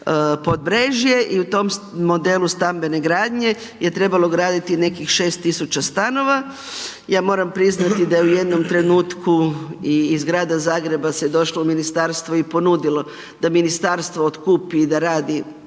Podbrežje i u tom modelu stambene gradnje je trebalo graditi nekih 6 tisuća stanova. Ja moram priznati da je u jednom trenutku i iz Grada Zagreba se došlo ministarstvo i ponudilo da ministarstvo otkupi i da radi,